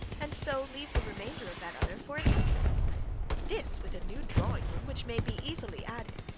and so leave the remainder of that other for an entrance this, with a new drawing room which may be easily added,